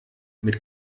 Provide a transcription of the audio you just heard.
mit